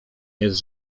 jest